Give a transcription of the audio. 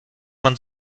man